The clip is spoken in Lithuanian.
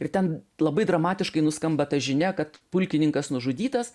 ir ten labai dramatiškai nuskamba ta žinia kad pulkininkas nužudytas